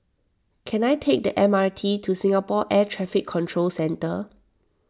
can I take the M R T to Singapore Air Traffic Control Centre